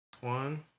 One